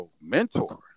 mentor